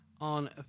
on